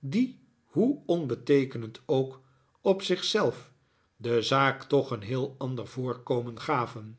die hoe onbeteekenend ook op zich zelf de zaak toch een heel ander voorkomen gaven